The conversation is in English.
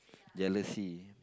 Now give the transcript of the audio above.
jealousy